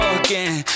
again